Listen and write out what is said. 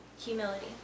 humility